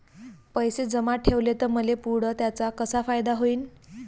पैसे जमा ठेवले त मले पुढं त्याचा कसा फायदा होईन?